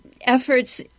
efforts